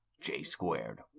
J-Squared